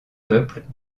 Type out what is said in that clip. peuple